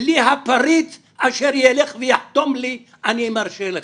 בלי הפריץ אשר יילך ויחתום לי 'אני מרשה לך'.